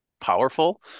powerful